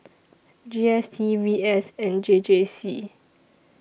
G S T V S and J J C